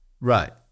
Right